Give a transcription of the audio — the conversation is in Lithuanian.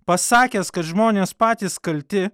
pasakęs kad žmonės patys kalti